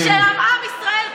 ושל עם ישראל כולו.